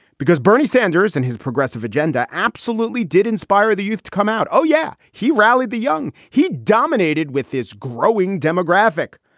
because bernie sanders and his progressive agenda absolutely did inspire the youth to come out. oh, yeah. he rallied the young. he dominated with his growing demographic,